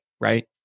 right